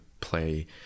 play